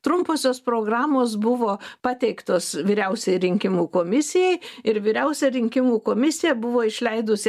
trumposios programos buvo pateiktos vyriausiai rinkimų komisijai ir vyriausia rinkimų komisija buvo išleidusi